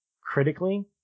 critically